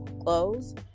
clothes